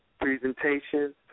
presentation